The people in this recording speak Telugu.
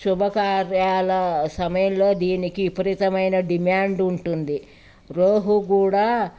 శుభకార్యాల సమయంలో దీనికి విపరీతమైన డిమాండ్ ఉంటుంది రోహు కూడా